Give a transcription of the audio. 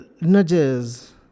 nudges